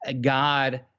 God